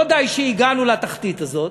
לא די שהגענו לתחתית הזאת,